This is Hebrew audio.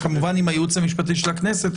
כמובן גם עם הייעוץ המשפטי של הכנסת,